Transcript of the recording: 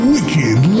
Wicked